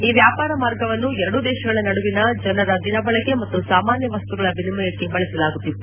ಈ ವ್ಯಾಪಾರ ಮಾರ್ಗವನ್ನು ಎರಡೂ ದೇಶಗಳ ನಡುವಿನ ಜನರ ದಿನಬಳಕೆ ಮತ್ತು ಸಾಮಾನ್ಯ ವಸ್ತುಗಳ ವಿನಿಮಯಕ್ಕೆ ಬಳಸಲಾಗುತ್ತಿತ್ತು